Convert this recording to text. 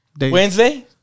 Wednesday